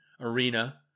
arena